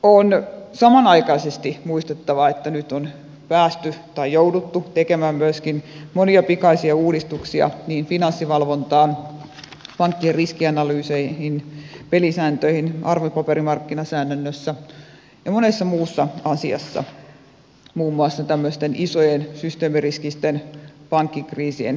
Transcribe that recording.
on samanaikaisesti muistettava että nyt on päästy tai jouduttu tekemään myöskin monia pikaisia uudistuksia niin finanssivalvontaan pankkien riskianalyyseihin pelisääntöihin arvopaperimarkkinalainsäädännössä kuin moneen muuhun asiaan muun muassa tämmöisten isojen systeemiriskisten pankkikriisien välttämiseksi